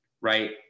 right